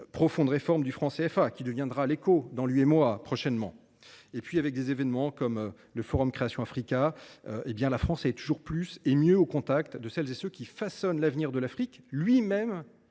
profonde réforme du franc CFA, qui deviendra l’eco dans quelques mois. Avec des événements comme le Forum Création Africa, la France est toujours plus et toujours mieux au contact de celles et ceux qui façonnent l’avenir de l’Afrique, lui même